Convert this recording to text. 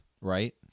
Right